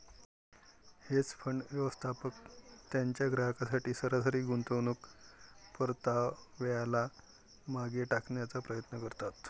hedge fund, व्यवस्थापक त्यांच्या ग्राहकांसाठी सरासरी गुंतवणूक परताव्याला मागे टाकण्याचा प्रयत्न करतात